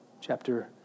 Chapter